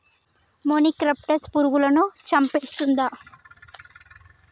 మొనిక్రప్టస్ పురుగులను చంపేస్తుందా?